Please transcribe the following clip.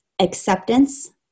acceptance